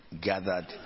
gathered